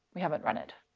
we haven't run it.